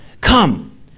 Come